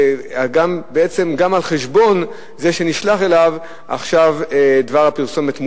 בעצם זה גם על חשבון זה שנשלח אליו עכשיו דבר הפרסומת,